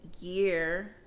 year